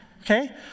okay